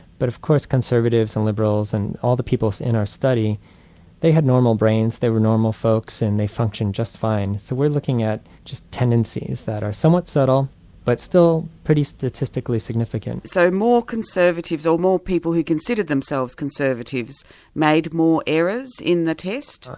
but of course conservatives and liberals and all the people in our study they had normal brains, they were normal folks and they functioned just fine. so we're looking at just tendencies that are somewhat subtle but still pretty statistically significant. so more conservatives or more people who consider themselves conservatives made more errors in the test?